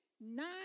nine